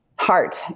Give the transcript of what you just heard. Heart